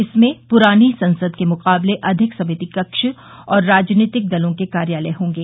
इसमें पुरानी संसद के मुकाबले अधिक समिति कक्ष और राजनीतिक दलों के कार्यालय होंगे